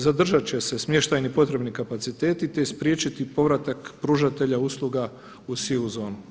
Zadržat će se smještajni potrebni kapaciteti te spriječiti povratak pružatelja usluga u sivu zonu.